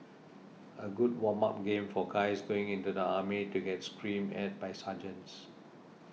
a good warm up game for guys going into the army to get screamed at by sergeants